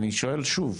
אני שואל שוב,